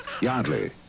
Yardley